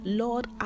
lord